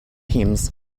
teams